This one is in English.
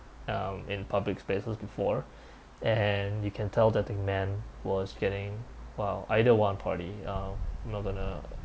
um in public spaces before and you can tell that the man was getting well either one party um I'm not going to